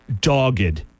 dogged